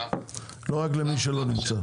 לא רק למי שלא נמצא.